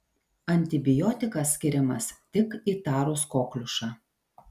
antibiotikas skiriamas tik įtarus kokliušą